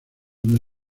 una